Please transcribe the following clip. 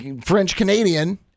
French-Canadian